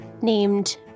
named